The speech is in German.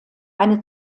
eine